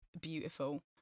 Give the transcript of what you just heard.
beautiful